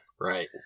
Right